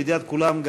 לידיעת כולם,